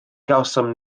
gawsom